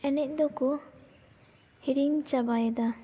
ᱮᱱᱮᱡ ᱫᱚᱠᱩ ᱦᱤᱲᱤᱧ ᱪᱟᱵᱟᱭᱮᱫᱟ